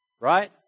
Right